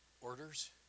orders